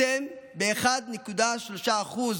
אתם ב-1.3% ייצוג.